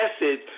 message